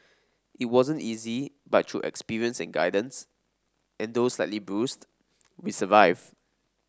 it wasn't easy but through experience and guidance and though slightly bruised we survive